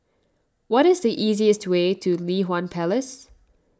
what is the easiest way to Li Hwan Place